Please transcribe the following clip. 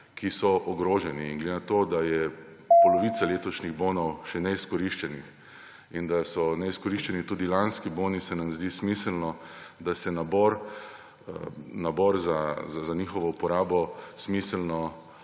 ki so ogroženi. In glede na to, da je polovica letošnjih bonov še neizkoriščenih in da so neizkoriščeni tudi lanski boni, se nam zdi smiselno, da se nabor za njihovo uporabo smiselno